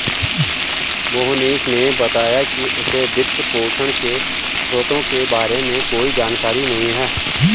मोहनीश ने बताया कि उसे वित्तपोषण के स्रोतों के बारे में कोई जानकारी नही है